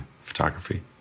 photography